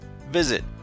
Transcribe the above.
Visit